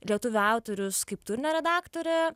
lietuvių autorius kaip turinio redaktorė